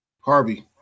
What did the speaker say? Harvey